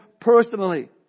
personally